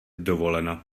dovoleno